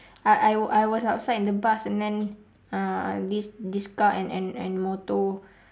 I I I was outside the bus and then uh this this car and and and motor